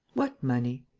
what money?